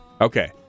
Okay